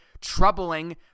troubling